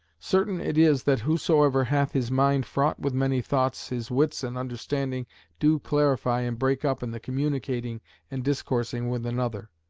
certain it is that whosoever hath his mind fraught with many thoughts, his wits and understanding do clarify and break up in the communicating and discoursing with another.